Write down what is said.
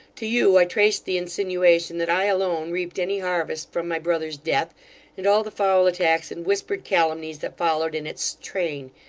to you i traced the insinuation that i alone reaped any harvest from my brother's death and all the foul attacks and whispered calumnies that followed in its train.